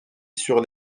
sur